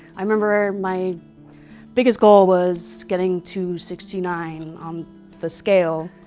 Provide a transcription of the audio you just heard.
i remember my biggest goal was getting to sixty nine on the scale.